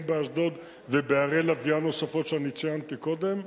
באשדוד ובערי לוויין נוספות שאני ציינתי קודם,